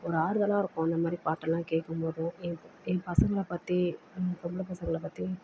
ஒரு ஆறுதலாக இருக்கும் அந்த மாதிரி பாட்டுலாம் கேட்கும் போது எங் என் பசங்களை பற்றி என் பொம்பளை பசங்களை பற்றி